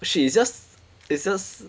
she is just it's just